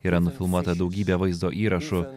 yra nufilmuota daugybė vaizdo įrašų